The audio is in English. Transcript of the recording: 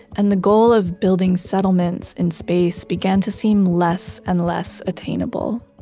and the goal of building settlements in space began to seem less and less attainable